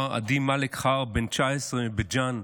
סמ"ר עדי מאלכ חרב, בן 19 מבית ג'ן,